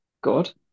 good